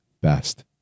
best